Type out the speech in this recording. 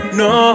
no